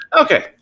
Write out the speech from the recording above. Okay